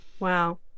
Wow